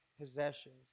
possessions